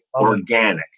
organic